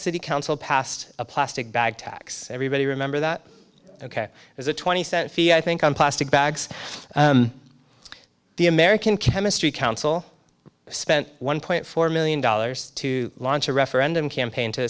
city council passed a plastic bag tax everybody remember that ok there's a twenty cent fee i think on plastic bags the american chemistry council spent one point four million dollars to launch a referendum campaign to